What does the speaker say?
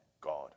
God